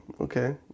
okay